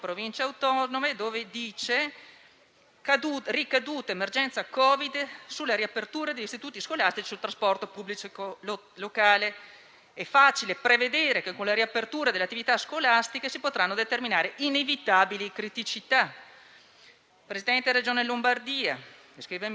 era facile prevedere che, con la riapertura delle attività scolastiche, si sarebbero potute determinare inevitabili criticità. Il Presidente della Regione Lombardia ha scritto al ministro Boccia, anticipandogli che il regolare avvio dell'anno scolastico, secondo calendario e modalità consuete, avrebbe reso insostenibile la conseguente domanda di trasporto.